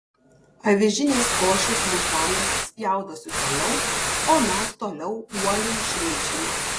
avižinės košės vulkanas spjaudosi toliau o mes toliau uoliai šveičiame